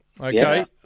okay